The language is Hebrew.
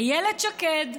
איילת שקד,